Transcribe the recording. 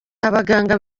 abaganga